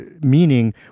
meaning